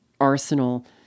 arsenal